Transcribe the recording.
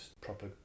proper